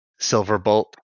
Silverbolt